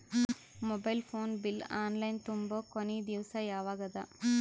Mobile phone bill online ತುಂಬೊ ಕೊನಿ ದಿವಸ ಯಾವಗದ?